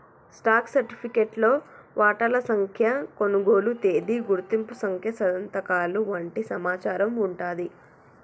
stock సర్టిఫికేట్లో వాటాల సంఖ్య, కొనుగోలు తేదీ, గుర్తింపు సంఖ్య సంతకాలు వంటి సమాచారం వుంటాంది